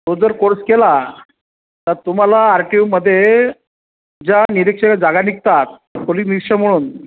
तो जर कोर्स केला तर तुम्हाला आरटीओमध्ये ज्या निरीक्षक जागा निघतात पोलीस निरीक्षक म्हणून